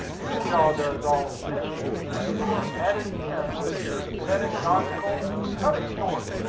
your jaw does all the mischief and you are at it again, with your pedagogical cut it short!